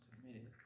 committed